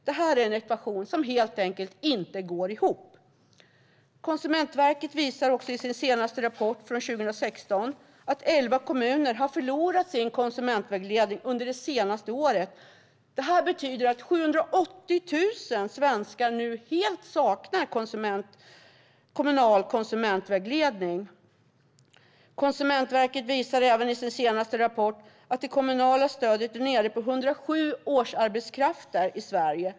Det här är en ekvation som helt enkelt inte går ihop. Konsumentverket visar också i sin senaste rapport från 2016 att elva kommuner har förlorat sin konsumentvägledning under det senaste året. Detta betyder att 780 000 svenskar nu helt saknar kommunal konsumentvägledning. Konsumentverket visar även i sin senaste rapport att det kommunala stödet är nere på 107 årsarbetskrafter i Sverige.